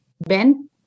ben